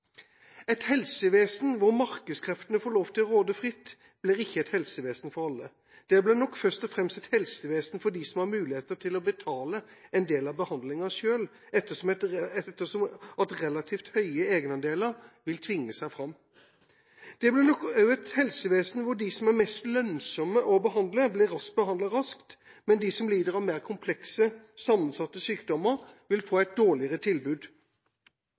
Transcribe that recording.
Et helsevesen hvor markedskreftene får lov til å råde fritt, blir ikke et helsevesen for alle. Det blir nok først og fremst et helsevesen for dem som har mulighet til å betale en del av behandlinga selv, ettersom relativt høye egenandeler vil tvinge seg fram. Det blir nok også et helsevesen hvor de som er mest lønnsomme å behandle, blir behandlet raskt, mens de som lider av mer komplekse, sammensatte sykdommer, vil få et dårligere tilbud.